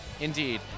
Indeed